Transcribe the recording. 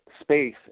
space